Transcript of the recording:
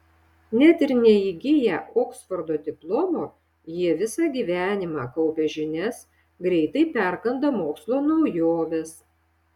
net ir neįgiję oksfordo diplomo jie visą gyvenimą kaupia žinias greitai perkanda mokslo naujoves